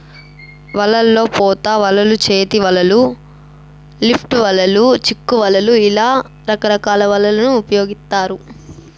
వలల్లో పోత వలలు, చేతి వలలు, లిఫ్ట్ వలలు, చిక్కు వలలు ఇలా రకరకాల వలలను ఉపయోగిత్తారు